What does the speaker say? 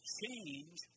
change